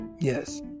Yes